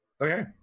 Okay